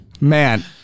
Man